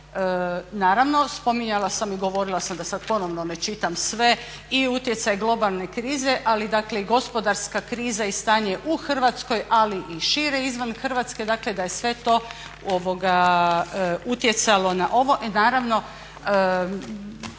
Naravno, spominjala sam i govorila sam da sad ponovno ne čitam sve i utjecaj globalne krize, ali dakle i gospodarska kriza i stanje u Hrvatskoj, ali i šire izvan Hrvatske. Dakle, da je sve to utjecalo na ovo.